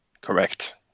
Correct